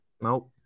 Nope